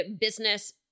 business